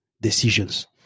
decisions